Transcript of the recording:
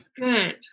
Good